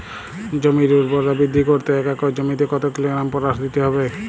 জমির ঊর্বরতা বৃদ্ধি করতে এক একর জমিতে কত কিলোগ্রাম পটাশ দিতে হবে?